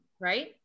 Right